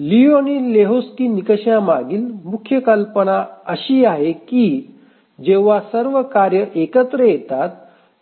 लियू आणि लेहोक्स्की निकषामागील मुख्य कल्पना अशी आहे की जेव्हा सर्व कार्ये एकत्र येतात